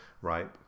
right